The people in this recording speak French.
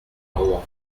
roi